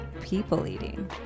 people-eating